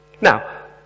Now